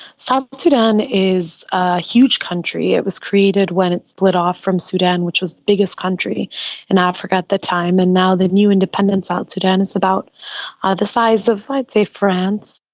south sudan is a huge country. it was created when it split off from sudan which was the biggest country in africa at the time, and now the new independent south sudan is about ah the size of i'd say france.